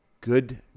Good